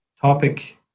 topic